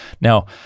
Now